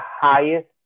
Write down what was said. highest